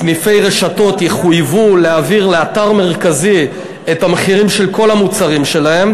סניפי רשתות יחויבו להעביר לאתר מרכזי את המחירים של כל המוצרים שלהם,